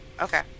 okay